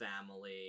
family